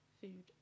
food